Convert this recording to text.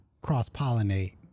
cross-pollinate